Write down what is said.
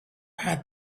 had